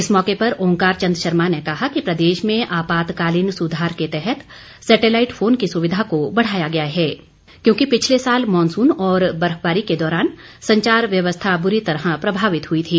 इस मौके पर ओंकार चंद शर्मा ने कहा कि प्रदेश में आपातकालीन सुधार के तहत सैटेलाईट फोन की सुविधा को बढ़ाया गया है क्योंकि पिछले साल मॉनसून और बर्फबारी के दौरान संचार व्यवस्था बुरी तरह प्रभावित हुई थी